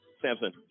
Samson